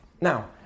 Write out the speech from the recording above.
Now